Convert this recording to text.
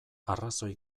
arrazoi